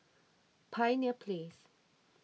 Pioneer Place